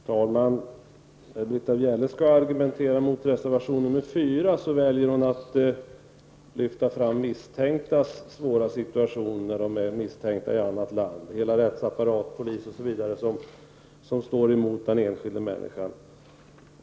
Herr talman! När Britta Bjelle skall argumentera mot reservation 4 väljer hon att lyfta fram den svåra situation som det innebär att vara misstänkt för brott i ett annat land, där hela rättsapparaten med polis osv. står emot den enskilda människan.